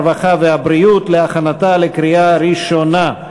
הרווחה והבריאות להכנתה לקריאה ראשונה.